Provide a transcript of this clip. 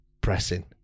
pressing